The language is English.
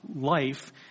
life